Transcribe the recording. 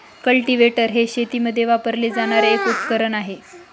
cultivator हे शेतीमध्ये वापरले जाणारे एक उपकरण आहे